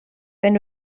wenn